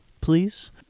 please